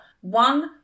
one